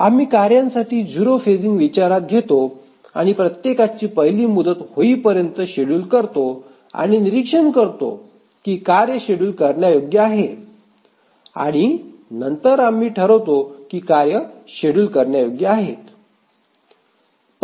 आम्ही कार्यांसाठी 0 फेजिंग विचारात घेतो आणि प्रत्येकाची पहिली मुदत होईपर्यंत शेड्युल करतो आणि निरीक्षण करतो की कार्य शेड्यूल करण्यायोग्य आहे आणि नंतर आम्ही ठरवतो की कार्ये शेड्यूल करण्यायोग्य आहेत